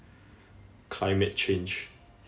climate change